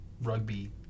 rugby